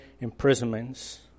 Imprisonments